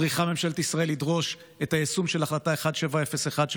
צריכה ממשלת ישראל לדרוש את היישום של החלטה 1701 של